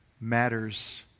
matters